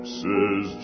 says